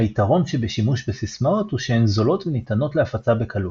היתרון בשימוש בסיסמאות הוא שהן זולות וניתנות להפצה בקלות.